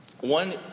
One